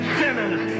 sinners